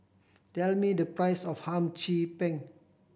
tell me the price of Hum Chim Peng